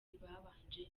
babanje